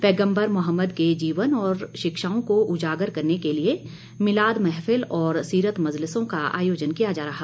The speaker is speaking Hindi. पैगंबर मोहम्मद के जीवन और शिक्षाओं को उजागर करने के लिए मिलाद महफिल और सीरत मजलिसों का आयोजन किया जाएगा